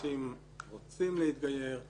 אנשים רוצים להתגייר.